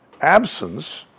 absence